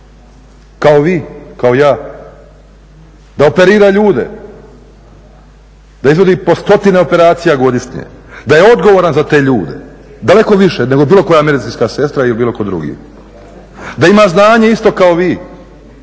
kao vi, kao ja, da operira ljude, da izvodi po stotine operacija godišnje, da je odgovoran za te ljude daleko više nego bilo koja medicinska sestra i bilo tko drugi. Da ima znanje isto kao vi,